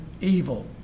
evil